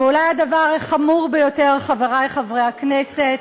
ואולי הדבר החמור ביותר, חברי חברי הכנסת,